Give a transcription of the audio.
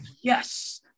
yes